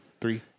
three